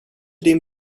din